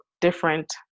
different